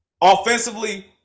Offensively